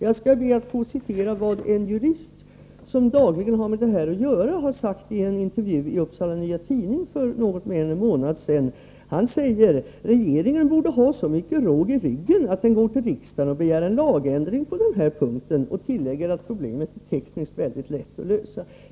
Jag skall citera vad en jurist, som dagligen har med detta att göra, har sagt i en intervju i Upsala Nya Tidning för något mer än en månad sedan: ”Regeringen borde ha så mycket råg i ryggen att den går till riksdagen och begär en lagändring på den här punkten.” Han tillägger att problemet är tekniskt mycket lätt att lösa.